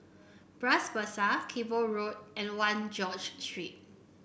Bras Basah Cable Road and One George Street